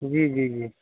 جی جی جی